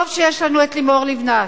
טוב שיש לנו את לימור לבנת,